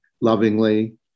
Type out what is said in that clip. lovingly